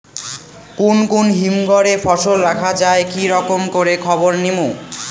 কুন কুন হিমঘর এ ফসল রাখা যায় কি রকম করে খবর নিমু?